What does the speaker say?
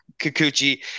Kikuchi